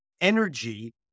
energy